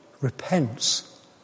repents